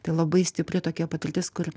tai labai stipri tokia patirtis kur